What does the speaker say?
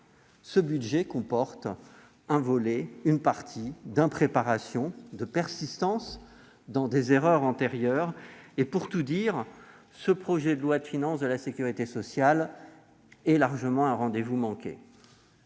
ce budget traduit une certaine impréparation et une persistance dans des erreurs antérieures. Pour tout dire, ce projet de loi de financement de la sécurité sociale est largement un rendez-vous manqué.